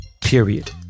period